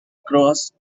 cross